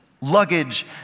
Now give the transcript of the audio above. Luggage